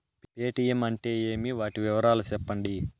Paytm అంటే ఏమి, వాటి వివరాలు సెప్పండి?